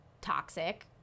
toxic